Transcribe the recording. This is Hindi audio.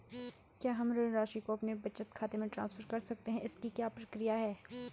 क्या हम ऋण राशि को अपने बचत खाते में ट्रांसफर कर सकते हैं इसकी क्या प्रक्रिया है?